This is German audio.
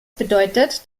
bedeutet